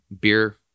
beer